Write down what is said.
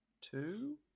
Two